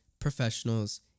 professionals